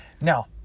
Now